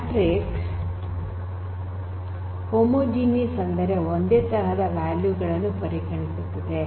matrix homogeneous ಅಂದರೆ ಒಂದೇ ತರಹದ ವ್ಯಾಲ್ಯೂ ಗಳನ್ನು ಪರಿಗಣಿಸುತ್ತದೆ